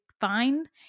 find